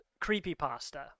creepypasta